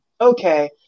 Okay